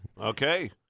Okay